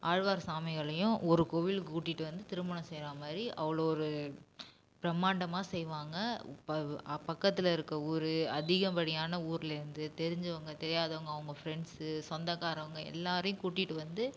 ஆழ்வார் சாமிகளையும் ஒரு கோவிலுக்கு கூட்டிகிட்டு வந்து திருமணம் செய்றா மாதிரி அவ்வளோ ஒரு பிரமாண்டமாக செய்வாங்க பக்கத்தில் இருக்க ஊர் அதிகப்படியான ஊர்லேர்ந்து தெரிஞ்சவங்க தெரியாதவங்க அவங்க ஃப்ரெண்ட்ஸு சொந்தக்காரவங்க எல்லாரையும் கூட்டிகிட்டு வந்து